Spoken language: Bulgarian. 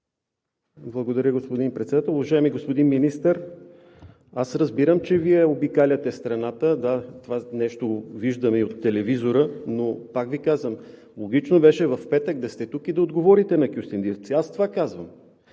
Благодаря, господин Председател. Уважаеми господин Министър, аз разбирам, че Вие обикаляте страната, това нещо го виждаме и от телевизора. Но, пак Ви казвам, логично беше в петък да сте тук и да отговорите на кюстендилци. Аз това казвам.